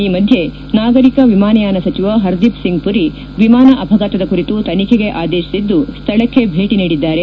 ಈ ಮಧ್ವೆ ನಾಗರಿಕ ವಿಮಾನಯಾನ ಸಚಿವ ಹರ್ದೀಪ್ ಸಿಂಗ್ ಪುರಿ ವಿಮಾನ ಅಪಘಾತದ ಕುರಿತು ತನಿಖೆಗೆ ಆದೇಶಿಸಿದ್ದು ಸ್ವಳಕ್ಕೆ ಭೇಟ ನೀಡಿದ್ದಾರೆ